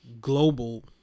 global